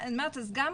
אני אומרת אז גם,